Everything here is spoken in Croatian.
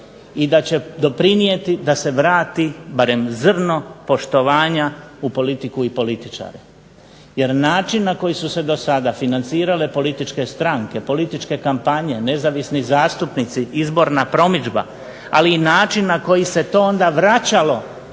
i da će doprinijeti da se vrati barem zrno poštovanja u politiku i političare. Jer način na koji su se do sada financirale političke stranke, političke kampanje, nezavisni zastupnici, izborna promidžba, ali i način na koji ste to način vraćalo